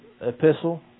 epistle